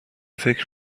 فکر